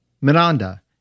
Miranda